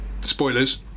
spoilers